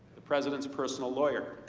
the president's personal lawyer.